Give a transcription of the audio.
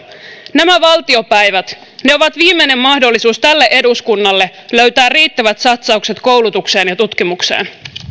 nämä valtiopäivät ovat viimeinen mahdollisuus tälle eduskunnalle löytää riittävät satsaukset koulutukseen ja tutkimukseen